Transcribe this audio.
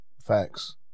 Facts